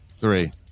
Three